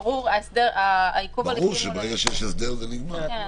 ברור שברגע שיש הסדר זה נגמר.